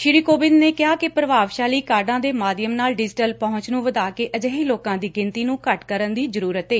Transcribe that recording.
ਸ੍ਰੀ ਕੋਵਿੰਦ ਨੇ ਕਿਹਾ ਕਿ ਪ੍ਰਭਾਵਸ਼ਾਲੀ ਕਾਢਾਂ ਦੇ ਮਾਧਿਅਮ ਨਾਲ ਡਿਜੀਟਲ ਪਹੁੰਚ ਨੂੰ ਵਧਾ ਕੇ ਅਜਿਹੇ ਲੋਕਾਂ ਦੀ ਗਿਣਤੀ ਨੂੰ ਘੱਟ ਕਰਨ ਦੀ ਜ਼ਰੂਰਤ ਏ